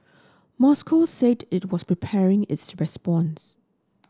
Moscow said it was preparing its response